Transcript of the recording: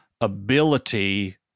ability